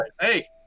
hey